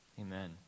amen